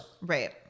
Right